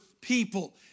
people